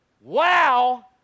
Wow